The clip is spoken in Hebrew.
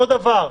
אותו דבר.